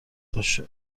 باشه